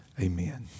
Amen